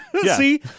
see